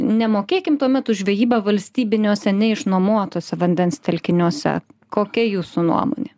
nemokėkim tuomet už žvejybą valstybiniuose neišnuomuotuose vandens telkiniuose kokia jūsų nuomonė